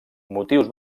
motius